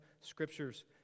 scriptures